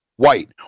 white